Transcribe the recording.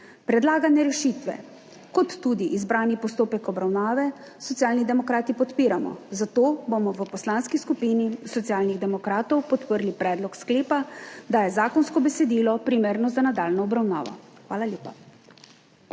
Predlagane rešitve kot tudi izbrani postopek obravnave Socialni demokrati podpiramo, zato bomo v Poslanski skupini Socialnih demokratov podprli predlog sklepa, da je zakonsko besedilo primerno za nadaljnjo obravnavo. Hvala lepa.